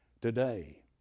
today